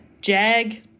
JAG